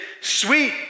sweet